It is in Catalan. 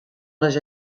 les